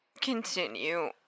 continue